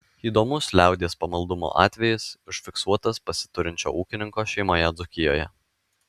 įdomus liaudies pamaldumo atvejis užfiksuotas pasiturinčio ūkininko šeimoje dzūkijoje